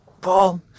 Paul